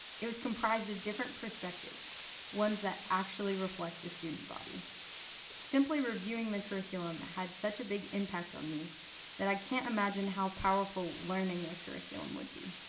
it was comprised of different perspectives ones that actually reflect the student body simply reviewing the curriculum curriculum had such a big impact on me that i can't imagine how powerful learning a curriculum would be.